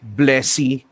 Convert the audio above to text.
blessy